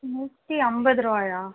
நூற்றி ஐம்பது ரூபாயா